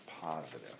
positive